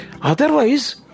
Otherwise